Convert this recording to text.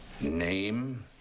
Name